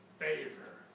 favor